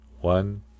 one